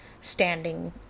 standing